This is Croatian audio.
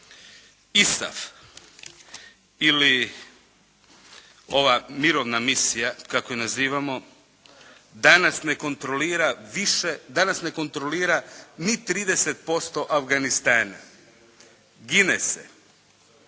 ISAF ili ova mirovna misija kako je nazivamo danas ne kontrolira više, danas ne